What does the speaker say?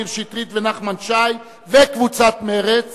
מאיר שטרית ונחמן שי וקבוצת סיעת מרצ